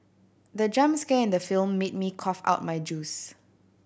the jump scare in the film made me cough out my juice